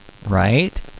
Right